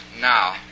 now